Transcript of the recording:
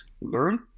learn